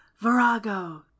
virago